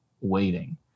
waiting